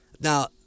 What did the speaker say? Now